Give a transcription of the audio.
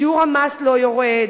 שיעור המס לא יורד,